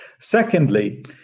Secondly